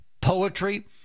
poetry